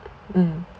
mm